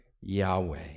yahweh